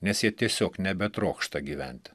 nes jie tiesiog nebetrokšta gyventi